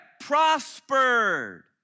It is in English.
prospered